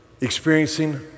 experiencing